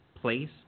place